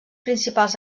principals